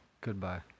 Goodbye